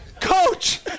Coach